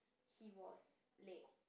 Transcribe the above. he was Lei